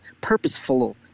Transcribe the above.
purposeful